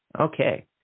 okay